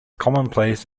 commonplace